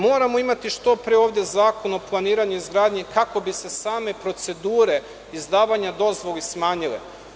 Moramo imati što pre ovde Zakon o planiranju i izgradnji kako bi se same procedure izdavanja dozvola smanjile.